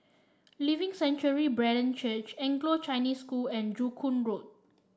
Living Sanctuary Brethren Church Anglo Chinese School and Joo Koon Road